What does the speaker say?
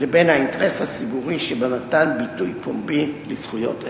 לבין האינטרס הציבורי שבמתן ביטוי פומבי לזכויות אלו.